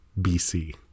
BC